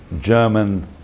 German